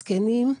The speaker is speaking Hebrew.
זקנים,